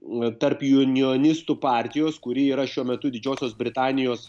tarp junionistų partijos kuri yra šiuo metu didžiosios britanijos